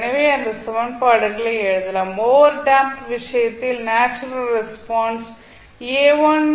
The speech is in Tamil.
எனவே அந்த சமன்பாடுகளை எழுதலாம் ஓவர் டேம்ப்ட் விஷயத்தில் நேச்சுரல் ரெஸ்பான்ஸ் ஆகும்